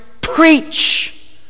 preach